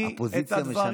הפוזיציה משנה את,